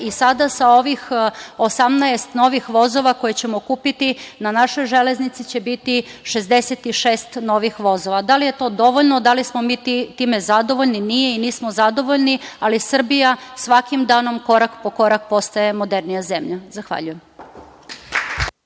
Sada, sa ovih 18 novih vozova koje ćemo kupiti, na našoj železnici će biti 66 novih vozova. Da li je to dovoljno, da li smo mi time zadovoljni? Nije i nismo zadovoljni, ali Srbija svakim danom korak po korak postaje modernija zemlja. Zahvaljujem.